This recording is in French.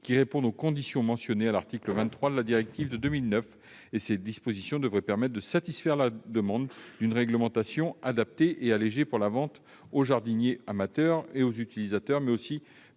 qui répondent aux conditions mentionnées à l'article 23 de la directive de 2009. Cette disposition devrait permettre de satisfaire la demande d'une réglementation adaptée et allégée pour la vente aux jardiniers amateurs et aux utilisateurs, mais aussi pour des